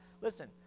Listen